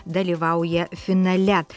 dalyvauja finale